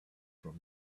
from